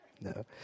no